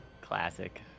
Classic